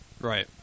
Right